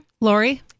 Lori